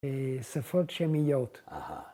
‫בשפות שמיות.